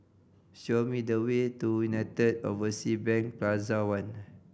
show me the way to United Oversea Bank Plaza One